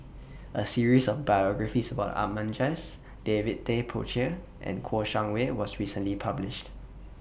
A series of biographies about Ahmad Jais David Tay Poey Cher and Kouo Shang Wei was recently published